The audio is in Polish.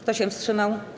Kto się wstrzymał?